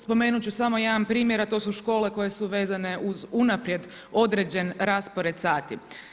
Spomenut ću samo jedan primjer, a to su škole koje su vezane uz unaprijed određen raspored sati.